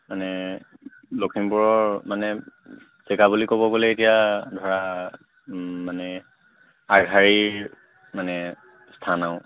মানে লখিমপুৰৰ মানে জেগা বুলি ক'ব গ'লে এতিয়া ধৰা মানে আগশাৰীৰ মানে স্থান আৰু